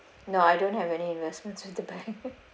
no I don't have any investments with the bank